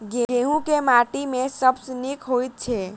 गहूम केँ माटि मे सबसँ नीक होइत छै?